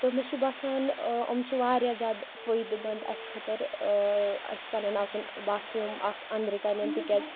تہٕ مےٚ چھُ باسان یِم چھِ واریاہ زیادٕ فٲیدٕ مَنٛد اَسہِ خٲطرٕ یِتھٕ کٔنۍ آسُن باتھ روٗم اَکھ أنٛدرٕ کٔنۍ تِکیٛازِ